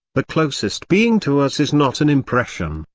the closest being to us is not an impression,